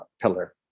pillar